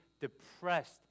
depressed